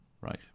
Right